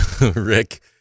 Rick